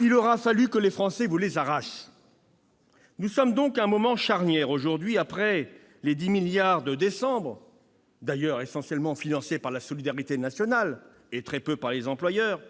Il aura fallu que les Français vous les arrachent. Nous sommes donc à un moment charnière aujourd'hui. Les 10 milliards d'euros du mois de décembre, d'ailleurs essentiellement financés par la solidarité nationale et très peu par les employeurs,